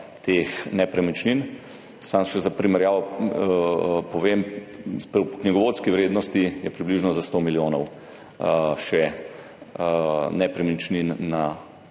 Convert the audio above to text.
teh nepremičnin. Samo še za primerjavo povem, v knjigovodski vrednosti je še za približno 100 milijonov nepremičnin na